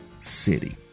city